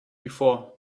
before